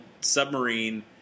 submarine